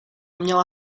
měla